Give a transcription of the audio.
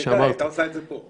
אחרת, היא הייתה עושה את זה פה.